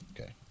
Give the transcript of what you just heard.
Okay